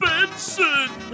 Benson